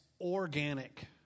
organic